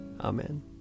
Amen